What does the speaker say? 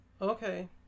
Okay